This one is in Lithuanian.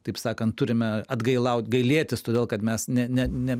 taip sakant turime atgailaut gailėtis todėl kad mes ne ne ne